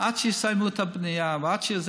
עד שיסיימו את הבנייה ועד שזה,